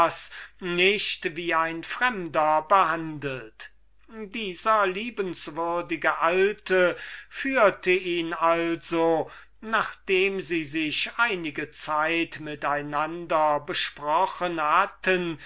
nicht wie ein fremder behandelt dieser liebenswürdige alte führte ihn also nachdem sie sich ein paar stunden welche unserm helden sehr kurz wurden mit einander besprochen hatten